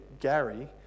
Gary